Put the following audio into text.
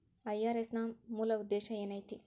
IRS ನ ಮೂಲ್ ಉದ್ದೇಶ ಏನೈತಿ?